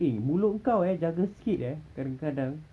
eh mulut engkau eh jaga sikit eh kadang-kadang